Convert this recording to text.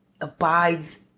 abides